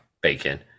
bacon